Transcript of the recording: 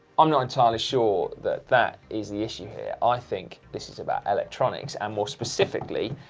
i'm not entirely sure that that is the issue here. i think this is about electronics and more specifically,